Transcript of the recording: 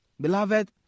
beloved